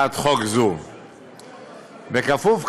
כפוף,